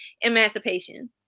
emancipation